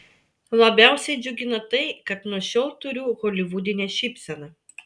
labiausiai džiugina tai kad nuo šiol turiu holivudinę šypseną